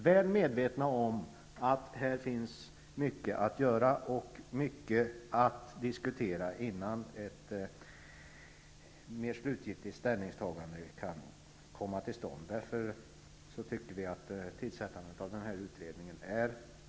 Väl medvetna om att det finns mycket att göra och diskutera innan ett mer slutgiltigt ställningstagande kan komma till stånd, anser vi att det är nödvändigt med denna utredning.